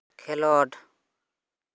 ᱠᱷᱮᱞᱚᱸᱰ